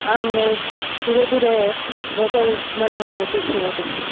આમ મેં ધીરે ધીરે રસોઈ બનાવવાનું શીખ્યું હતું